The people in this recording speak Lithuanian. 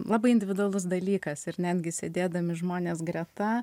labai individualus dalykas ir netgi sėdėdami žmonės greta